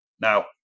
Now